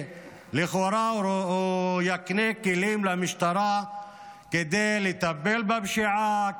שלכאורה יקנה כלים למשטרה כדי לטפל בפשיעה,